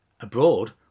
abroad